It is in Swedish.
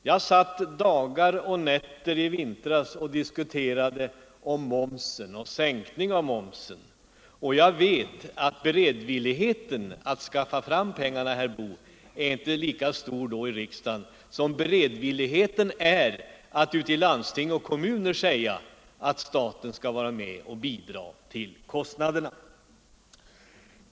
Jag satt dagar och nätter i vintras och diskuterade sänkning av momsen, och jag vet att beredvilligheten i riksdagen att skaffa fram pengar inte är lika stor som beredvilligheten att ute i landsting och kommuner säga att staten skall vara med och bidra till kostnaderna.